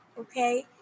okay